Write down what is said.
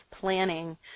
planning